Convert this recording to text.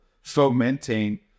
fomenting